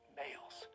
males